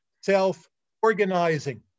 self-organizing